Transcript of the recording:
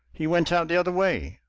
he went out the other way.